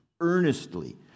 Earnestly